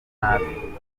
nabi